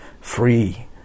Free